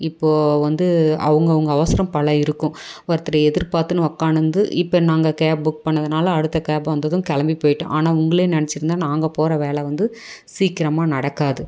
இப்போது வந்து அவங்கவுங்க அவசரம் பல இருக்கும் ஒருத்தர எதிர் பார்த்துன்னு உட்கானுந்து இப்போ நாங்கள் கேப் புக் பண்ணதுனால் அடுத்த கேப் வந்ததும் கிளம்பி போயிட்டோம் ஆனால் உங்களே நினச்சிருந்தா நாங்கள் போகிற வேலை வந்து சீக்கிரமாக நடக்காது